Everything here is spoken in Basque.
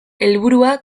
helburua